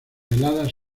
heladas